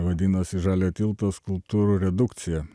vadinosi žaliojo tilto skulptūrų redukcija